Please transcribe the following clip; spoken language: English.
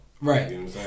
Right